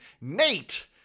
Nate